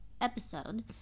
episode